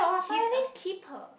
he's a keeper